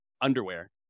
underwear